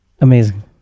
Amazing